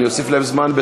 אני אוסיף להם זמן,